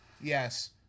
Yes